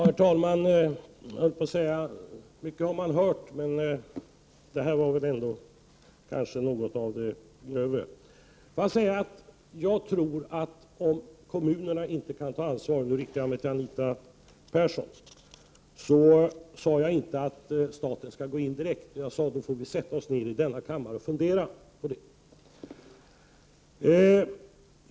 Herr talman! Mycket har man hört, men detta var ändå något av det grövre. Jag vill säga till Anita Persson, att om kommunerna inte kan ta ansvar skall staten inte gå in direkt, utan vi får sätta oss ned i denna kammare och fundera på det.